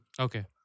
Okay